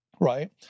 right